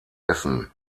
essen